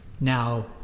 now